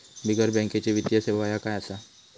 बिगर बँकेची वित्तीय सेवा ह्या काय असा?